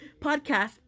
podcast